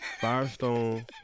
Firestone